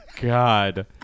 God